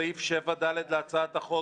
סעיף 6 להצעת החוק